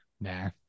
Nah